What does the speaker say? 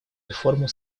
реформу